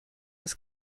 ist